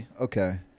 Okay